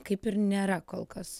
kaip ir nėra kol kas